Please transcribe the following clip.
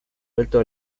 alto